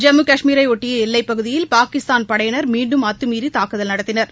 ஜம்மு கஷ்மீரையொட்டிய எல்லைப்பகுதியில் பாகிஸ்தான் படையினர் மீண்டும் அத்துமீறி தாக்குல் நடத்தினர்